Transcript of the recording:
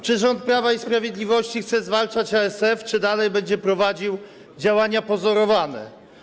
Czy rząd Prawa i Sprawiedliwości chce zwalczać ASF, czy dalej będzie prowadził działania pozorowane?